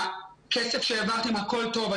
הכסף שהעברתם, הכול טוב.